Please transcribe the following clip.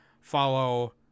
Follow